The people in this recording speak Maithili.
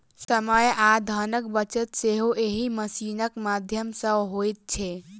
समय आ धनक बचत सेहो एहि मशीनक माध्यम सॅ होइत छै